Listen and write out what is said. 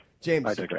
James